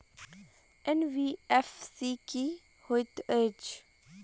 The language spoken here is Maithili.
एन.बी.एफ.सी की हएत छै?